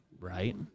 right